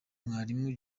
mwalimu